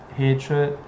hatred